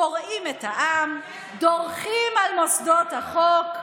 קורעים את העם, דורכים על מוסדות החוק,